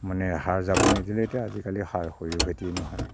মানে সাৰ জাবৰ নিদিলে এতিয়া আজিকালি সাৰ সৰিয়হ খেতি নহয়